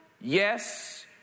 yes